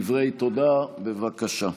דברי תודה, בבקשה.